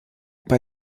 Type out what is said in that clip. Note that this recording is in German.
bei